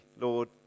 Lord